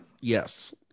Yes